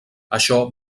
això